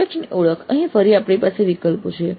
projects ની ઓળખ અહીં ફરી આપણી પાસે વિકલ્પો છે